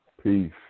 Peace